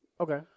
Okay